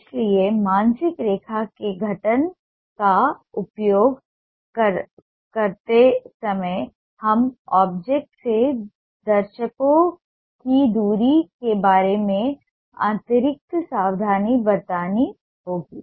इसलिए मानसिक रेखा के गठन का उपयोग करते समय हमें ऑब्जेक्ट से दर्शकों की दूरी के बारे में अतिरिक्त सावधानी बरतनी होगी